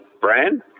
brand